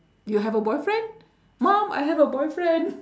you have a boyfriend mum I have a boyfriend